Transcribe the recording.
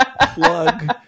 plug